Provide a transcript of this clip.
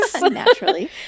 Naturally